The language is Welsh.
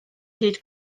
hyd